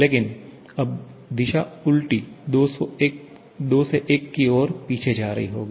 लेकिन अब दिशा उलटी 2 से 1 की और पीछे जा रही होगी